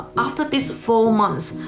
after this four months,